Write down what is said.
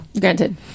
Granted